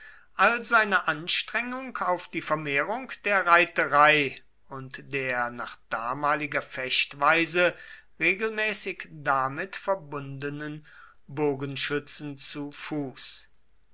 all seine anstrengung auf die vermehrung der reiterei und der nach damaliger fechtweise regelmäßig damit verbundenen bogenschützen zu fuß